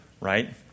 right